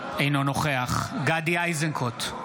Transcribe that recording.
אינו נוכח גדי איזנקוט,